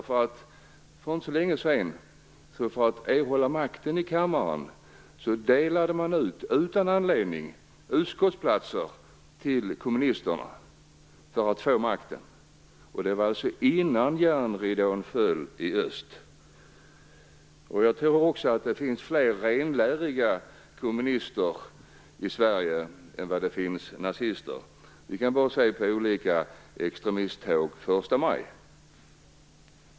För inte så länge sedan delade man ut utan anledning utskottsplatser till kommunister för att få makten. Det var alltså innan järnridån föll i öst. Jag tror också att det finns fler renläriga kommunister i Sverige än nazister. Vi kan bara se på olika extremisttåg första maj.